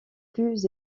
plus